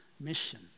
mission